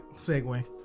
segue